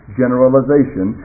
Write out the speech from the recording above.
generalization